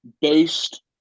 based